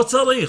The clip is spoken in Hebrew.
לא צריך.